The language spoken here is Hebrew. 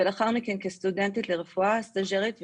ולאחר מכן כסטודנטית לרפואה, סטז'רית וכמתמחה.